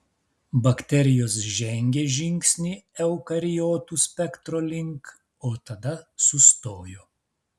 bakterijos žengė žingsnį eukariotų spektro link o tada sustojo